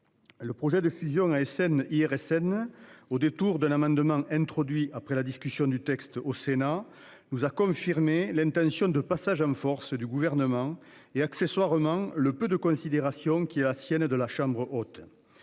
Le projet de fusion ASN IRSN au détour de l'amendement introduit après la discussion du texte au Sénat nous a confirmé l'intention de passage en force du gouvernement et accessoirement le peu de considération qui à Sienne et de la chambre haute.